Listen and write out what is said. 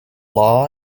law